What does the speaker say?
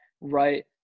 right